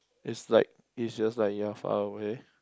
it's like it's just like you are far away